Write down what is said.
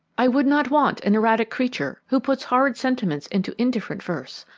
i should not want an erratic creature who puts horrid sentiments into indifferent verse.